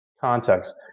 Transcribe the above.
context